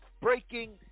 breaking